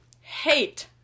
hate